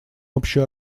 общую